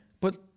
But-